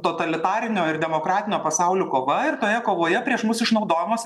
totalitarinio ir demokratinio pasaulių kova ir toje kovoje prieš mus išnaudojamos